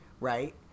right